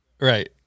Right